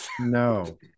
no